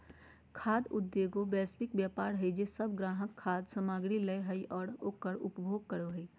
खाद्य उद्योगएगो वैश्विक व्यापार हइ जे सब ग्राहक खाद्य सामग्री लय हइ और उकर उपभोग करे हइ